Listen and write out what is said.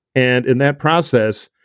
and in that process,